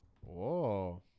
Whoa